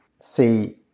see